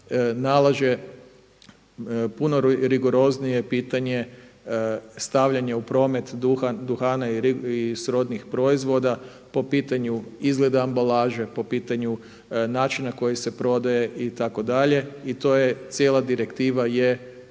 nalaže puno rigoroznije pitanje stavljanje u promet duhan, duhana i srodnih proizvoda po pitanju izgleda ambalaže, po pitanju načina na koji se prodaje itd. i cijela direktiva je